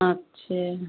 अच्छा